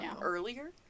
earlier